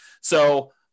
So-